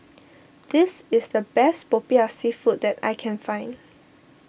this is the best Popiah Seafood that I can find